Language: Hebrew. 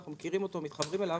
אנחנו מכירים אותו ומתחברים אליו,